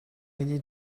need